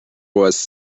was